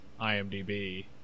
IMDb